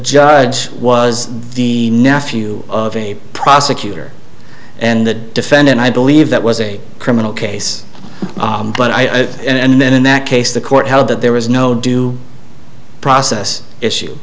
judge was the nephew of a prosecutor and the defendant i believe that was a criminal case but i and then in that case the court held that there was no due process issue